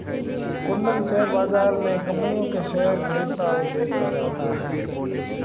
Kundan share बाज़ार में कम्पनियों के शेयर खरीदता और बेचता रहता है